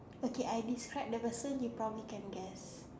okay I describe the person you probably can guess